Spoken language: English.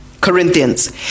Corinthians